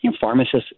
Pharmacists